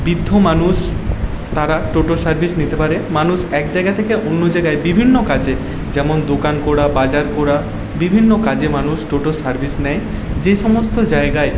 বৃদ্ধ মানুষ তারা টোটো সার্ভিস নিতে পারে মানুষ এক জায়গা থেকে অন্য জায়গায় বিভিন্ন কাজে যেমন দোকান করা বাজার করা বিভিন্ন কাজে মানুষ টোটোর সার্ভিস নেয় যে সমস্ত জায়গায়